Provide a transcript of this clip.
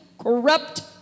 corrupt